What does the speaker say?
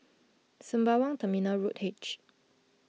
Sembawang Terminal Road H